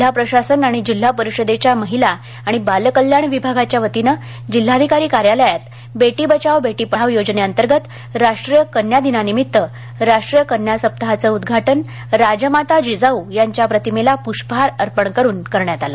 जिल्हा प्रशासन आणि जिल्हा परिषदेच्या महिला आणि बाल कल्याण विभागाच्या वतीने जिल्हाधिकारी कार्यालयात बेटी बचाव बेटी पढाव योजनेअंतर्गत राष्ट्रीय कन्या दिनानिमित्त राष्ट्रीय कन्या सप्ताहाचे उद्घाटन राजमाता जिजाऊ यांच्या प्रतिमेला पुष्पहार अर्पण करुन करण्यात आले